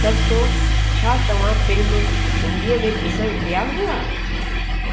तर्सो छा तव्हां फिल्म हिंदीअ में डि॒सणु विया हुआ